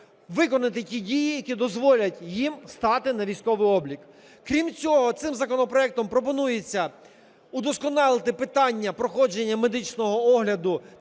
виконати ті дії, які дозволять їм стати на військовий облік. Крім цього, цим законопроектом пропонується удосконалити питання проходження медичного огляду